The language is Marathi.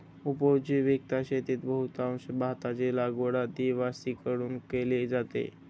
उपजीविका शेतीत बहुतांश भाताची लागवड आदिवासींकडून केली जाते